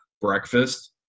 breakfast